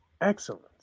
excellence